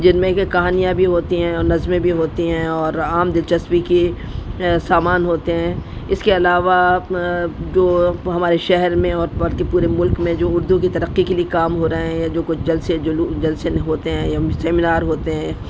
جن میں کہ کہانیاں بھی ہوتی ہیں اور نظمیں بھی ہوتی ہیں اور عام دلچسپی کی سامان ہوتے ہیں اس کے علاوہ جو ہمارے شہر میں اور بلکہ پورے ملک میں جو اردو کی ترقی کے لیے کام ہو رہے ہیں یا جو کچھ جلسے جل جلسے ہوتے ہیں سیمینار ہوتے ہیں